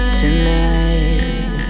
tonight